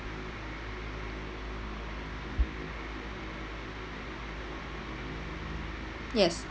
yes